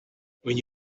when